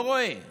לא רואה.